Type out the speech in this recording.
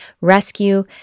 rescue